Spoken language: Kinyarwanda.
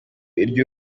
iryo